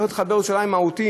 צריך לחבר את ירושלים מהותית.